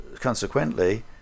Consequently